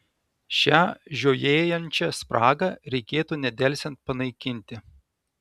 šią žiojėjančią spragą reikėtų nedelsiant panaikinti